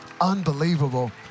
unbelievable